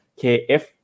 kf